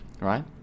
right